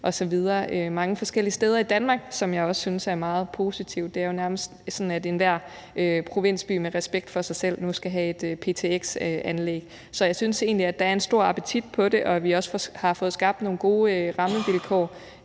Det er der mange forskellige steder i Danmark, hvilket jeg synes er meget positivt. Det er jo nærmest sådan, at enhver provinsby med respekt for sig selv nu skal have et ptx-anlæg. Så jeg synes egentlig, der er en stor appetit på det, og at vi også har fået skabt nogle gode rammevilkår